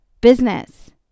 business